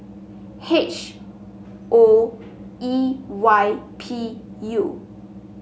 H O E Y P U